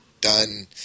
done